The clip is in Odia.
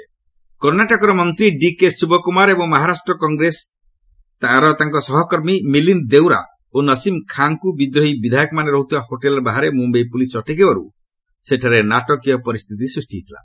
କର୍ଣ୍ଣାଟକ ଶିବକ୍ନମାର କର୍ଣ୍ଣାଟକର ମନ୍ତ୍ରୀ ଡିକେ ଶିବକୁମାର ଏବଂ ମହାରାଷ୍ଟ୍ର କଂଗ୍ରେସର ତାଙ୍କ ସହକର୍ମୀ ମିଳିନ୍ଦ୍ ଦେଉରା ଓ ନସିମ୍ ଖାଁଙ୍କୁ ବିଦ୍ରୋହୀ ବିଧାୟକମାନେ ରହୁଥିବା ହୋଟେଲ୍ ବାହାରେ ମୁମ୍ବାଇ ପୁଲିସ୍ ଅଟକାଇବାରୁ ସେଠାରେ ନାଟକୀୟ ପରିସ୍ଥିତି ସୃଷ୍ଟି ହୋଇଥିଲା